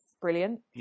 Brilliant